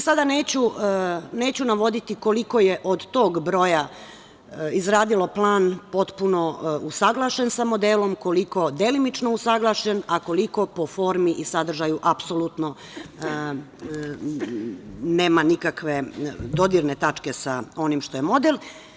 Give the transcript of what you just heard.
Sada neću navoditi koliko je od tog broja izradilo plan potpuno usaglašen sa modelom, koliko delimično usaglašen, a koliko po formi i sadržaju, apsolutno nema nikakve dodirne tačke sa onim što je model.